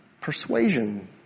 persuasion